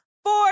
Four